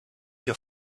your